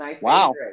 Wow